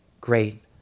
great